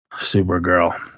Supergirl